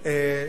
הכנסת,